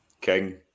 King